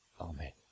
Amen